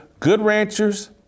GoodRanchers